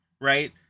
right